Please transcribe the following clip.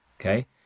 okay